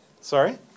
Sorry